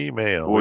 Email